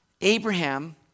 Abraham